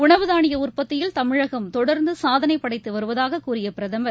உணவு தாளிய உற்பத்தியில் தமிழகம் தொடர்ந்து சாதனை படைத்து வருவதாக கூறிய பிரதமர்